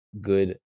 good